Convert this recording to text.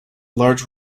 large